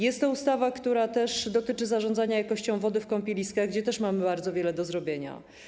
Jest to ustawa, która dotyczy zarządzania jakością wody w kąpieliskach, gdzie też mamy bardzo wiele do zrobienia.